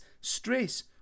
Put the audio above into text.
stress